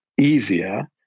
easier